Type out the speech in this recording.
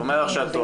טועה.